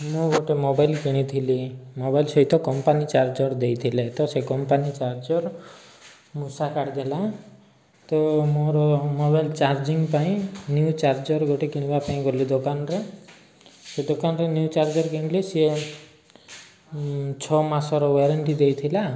ମୁଁ ଗୋଟେ ମୋବାଇଲ କିଣିଥିଲି ମୋବାଇଲ ସହିତ କମ୍ପାନୀ ଚାର୍ଜର୍ ଦେଇଥିଲେ ତ ସେ କମ୍ପାନୀ ଚାର୍ଜର୍ ମୂଷା କାଟିଦେଲା ତ ମୋର ମୋବାଇଲ ଚାର୍ଜିଙ୍ଗ ପାଇଁ ନ୍ୟୁ ଚାର୍ଜର୍ ଗୋଟେ କିଣିବା ପାଇଁ ଗଲି ଦୋକାନରେ ସେ ଦୋକାନରେ ନ୍ୟୁ ଚାର୍ଜର୍ କିଣିଲେ ସିଏ ଛଅ ମାସର ୱାରେଣ୍ଟି ଦେଇଥିଲା